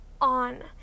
on